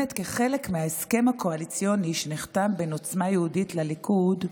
כחלק מההסכם קואליציוני שנחתם בין עוצמה יהודית לליכוד,